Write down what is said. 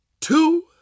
two